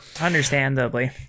Understandably